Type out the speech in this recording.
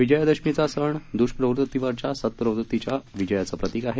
विजयादशमीचा सण दुष्प्रवृत्तीवरील सतप्रवृत्तीच्या विजयाचे प्रतीक आहे